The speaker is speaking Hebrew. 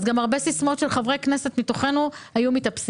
גם הרבה סיסמאות של חברי כנסת היו מתאפסות.